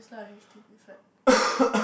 it's not a h_d_b flat